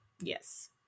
yes